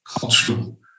cultural